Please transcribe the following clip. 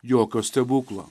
jokio stebuklo